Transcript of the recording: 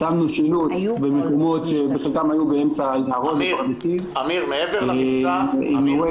שמנו שילוט במקומות שבחלקם היו באמצע פרדסים -- אמיר,